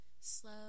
slow